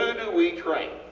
ah do we train?